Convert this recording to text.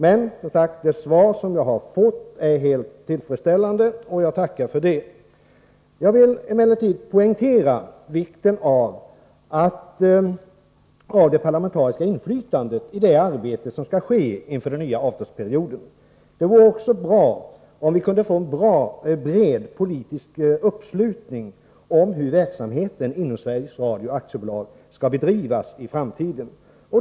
Men det svar jag har fått är helt tillfredsställande, och jag tackar för det. Jag vill emellertid poängtera vikten av det parlamentariska inflytandet i det arbete som skall ske inför den nya avtalsperioden. Det vore också bra om vi kunde få en bred politisk uppslutning kring hur verksamheten inom Sveriges Radio AB i framtiden skall bedrivas.